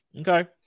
Okay